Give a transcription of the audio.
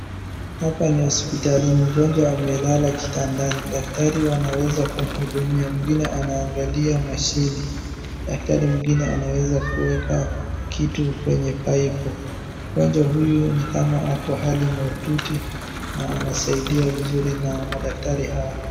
Hapa ni hospitalini. Mgonjwa amelala kitandani. Daktari wanaweza kumhudumia. Mwingine anaangalia mashini. Daktari mwingine anaweza kuweka kitu kwenye paipu. Mgonjwa huyu ni kama ako hali mahututi, na anasidiwa vizuri na madaktari hawa.